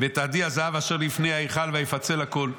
ואת עדי הזהב אשר לפני ההיכל ויפצל הכול.